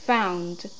Found